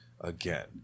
again